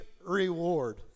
reward